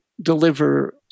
deliver